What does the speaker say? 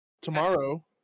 tomorrow